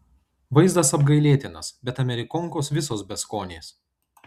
vaizdas apgailėtinas bet amerikonkos visos beskonės